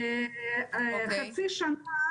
החצי שנה